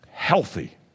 healthy